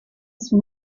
son